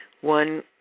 One